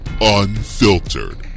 Unfiltered